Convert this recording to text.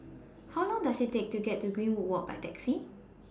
How Long Does IT Take to get to Greenwood Walk By Taxi